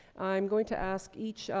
i'm going to ask each, ah,